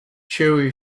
chewy